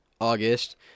August